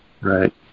Right